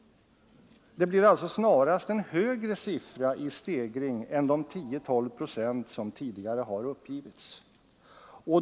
Det blir alltså snarast en högre siffra i stegring än de 10 å 12 procent som tidigare har uppgivits.